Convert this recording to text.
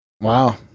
Wow